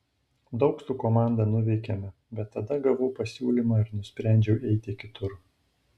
daug su komanda nuveikėme bet tada gavau pasiūlymą ir nusprendžiau eiti kitur